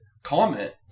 comment